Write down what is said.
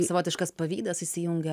savotiškas pavydas įsijungia